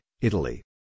Italy